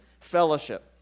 fellowship